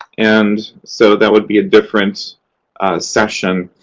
and so that would be a different session.